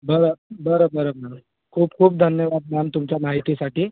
बरं बरं बरं मॅडम खूप खूप धन्यवाद मॅम तुमच्या माहितीसाठी